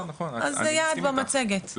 אז זה יעד במצגת,